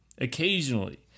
occasionally